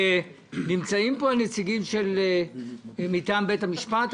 נמצאים פה נציגי הקרקעות מטעם בית המשפט?